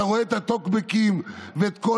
אתה רואה את הטוקבקים ואת כל